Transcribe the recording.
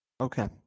Okay